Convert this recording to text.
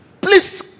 Please